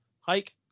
Hike